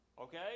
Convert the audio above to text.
Okay